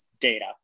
data